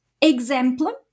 example